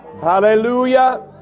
hallelujah